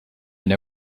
know